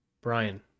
Brian